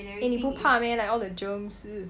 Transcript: eh 你不怕 meh like all the germs